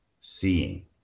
seeing